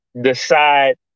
decide